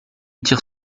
tire